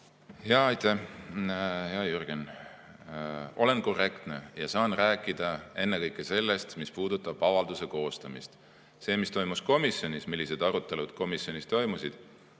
Aitäh, hea Jürgen! Olen korrektne ja saan rääkida ennekõike sellest, mis puudutab avalduse koostamist. Seda, mis toimus komisjonis, millised arutelud seal toimusid,